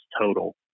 total